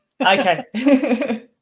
Okay